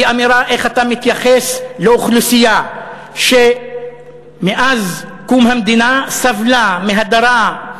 הוא אמירה איך אתה מתייחס לאוכלוסייה שמאז קום המדינה סבלה מהדרה,